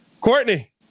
Courtney